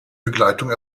begleitung